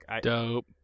Dope